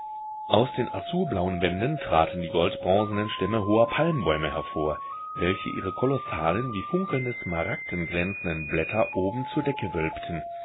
aus den azurblauen wänden traten die goldbronzenen stämme hoher palmbäume hervor welche ihre kolossalen wie funkelnde smaragden glänzenden blätter oben zur decke wölbten